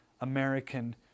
American